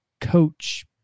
coach